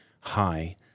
high